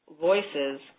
voices